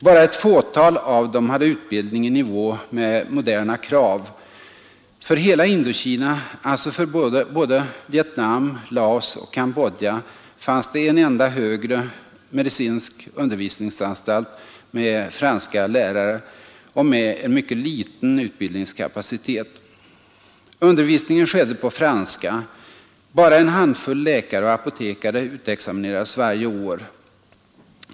Bara ett fåtal av dem hade utbildning i nivå med moderna krav. För hela Indokina, alltså för både Vietnam, Laos och Cambodja, fanns det en enda högre medicinsk undervisningsanstalt med franska lärare och med en mycket liten utbildningskapacitet. Undervisningen skedde på franska. Bara en handfull läkare och apotekare utexaminerades varje år.